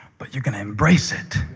but you're going to embrace it.